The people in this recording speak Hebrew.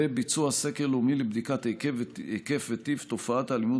ביצוע סקר לאומי לבדיקת היקפה וטיבה של תופעת האלימות